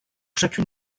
chacune